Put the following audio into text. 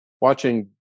watching